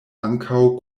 ankaŭ